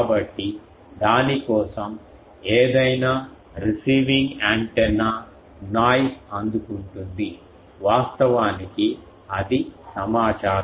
కాబట్టి దాని కోసం ఏదైనా రిసీవింగ్ యాంటెన్నా నాయిస్ అందుకుంటుంది వాస్తవానికి అది సమాచారం